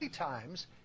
Times